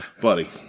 buddy